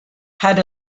had